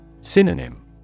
Synonym